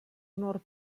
nord